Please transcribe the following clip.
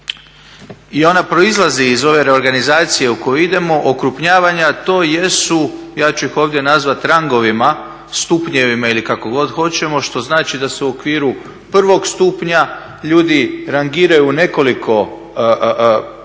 i ona proizlazi iz ove reorganizacije u koju idemo, okrupnjavanja. To jesu ja ću ih ovdje nazvati rangovima, stupnjevima ili kako god hoćemo što znači da se u okviru prvog stupnja ljudi rangiraju u nekoliko